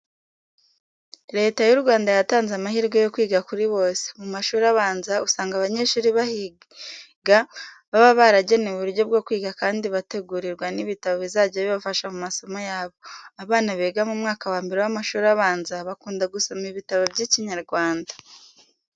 Leta y'u Rwanda yatanze amahirwe yo kwiga kuri bose. Mu mashuri abanza usanga abanyeshuri bahiga baba baragenewe uburyo bwo kwiga kandi bategurirwa n'ibitabo bizajya bibafasha mu masomo yabo. Abana biga mu mwaka wa mbere w'amshuri abanza bakunda gusoma ibitabo by'Ikinyarwanda.